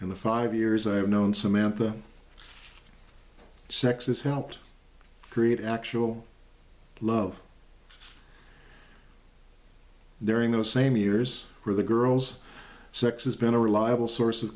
and the five years i have known samantha sexes helped create actual love during those same years where the girls sex has been a reliable source of